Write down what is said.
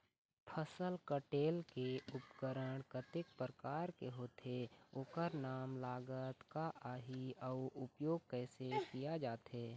फसल कटेल के उपकरण कतेक प्रकार के होथे ओकर नाम लागत का आही अउ उपयोग कैसे किया जाथे?